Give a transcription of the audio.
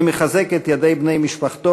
אני מחזק את ידי בני משפחתו,